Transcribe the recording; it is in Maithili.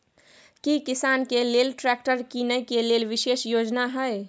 की किसान के लेल ट्रैक्टर कीनय के लेल विशेष योजना हय?